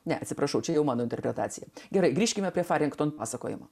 ne atsiprašau čia jau mano interpretacija gerai grįžkime prie farington pasakojimo